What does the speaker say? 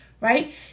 right